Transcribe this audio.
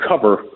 cover